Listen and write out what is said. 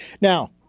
Now